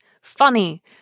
funny